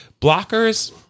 blockers